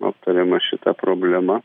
aptariama šita problema